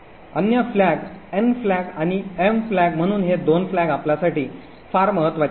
अन्य flag N flag आणि M flag म्हणून हे 2 फ्लॅग आपल्यासाठी फार महत्वाचे नाहीत